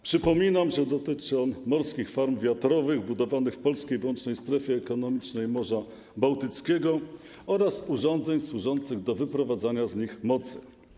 Przypominam, że dotyczy on morskich farm wiatrowych budowanych w polskiej wyłącznej strefie ekonomicznej Morza Bałtyckiego oraz urządzeń służących do wyprowadzania z nich mocy.